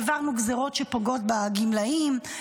העברנו גזרות שפוגעות בגמלאים,